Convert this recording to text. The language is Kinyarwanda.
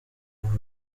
ubu